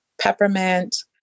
peppermint